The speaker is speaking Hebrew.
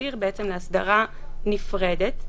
מותיר להסדרה נפרדת,